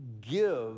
Give